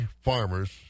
farmers